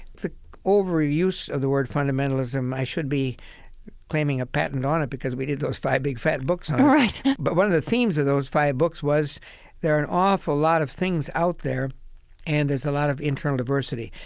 the overuse of the word fundamentalism i should be claiming a patent on it because we did those five big fat books on it. but one of the themes of those five books was there are an awful lot of things out there and there's a lot of internal diversity.